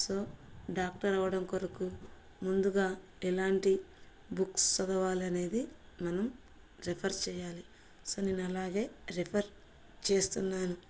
so doctor అవడం కొరకు ముందుగా ఎలాంటి బుక్స్ చదవాలనేది మనం రెఫర్ చేయాలి సో నేను అలాగే రెఫర్ చేస్తున్నాను